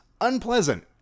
unpleasant